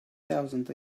thousand